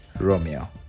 Romeo